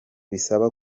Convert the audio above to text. bisaba